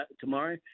tomorrow